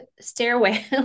stairway